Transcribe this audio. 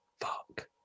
Fuck